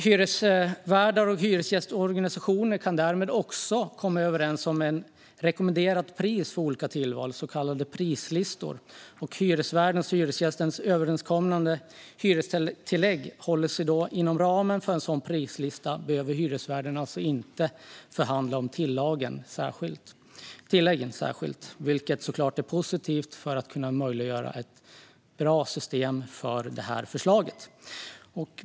Hyresvärdar och hyresgästorganisationer kan härmed också komma överens om ett rekommenderat pris för olika tillval, så kallade prislistor. Om hyresvärden och hyresgästen håller sig inom ramen för denna prislista behöver hyresvärden inte förhandla särskilt om tilläggen, vilket givetvis är positivt för att möjliggöra ett bra system för detta förslag.